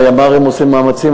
הימ"רים עושים מאמצים,